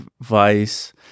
Vice